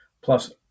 plus